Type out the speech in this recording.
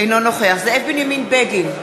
אינו נוכח זאב בנימין בגין,